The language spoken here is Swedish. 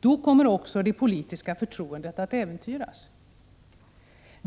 Då kommer också det politiska förtroendet att äventyras.